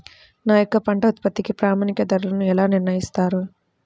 మా యొక్క పంట ఉత్పత్తికి ప్రామాణిక ధరలను ఎలా నిర్ణయిస్తారు?